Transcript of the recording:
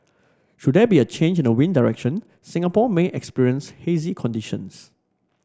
should there be a change in the wind direction Singapore may experience hazy conditions